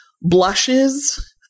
blushes